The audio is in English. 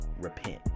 repent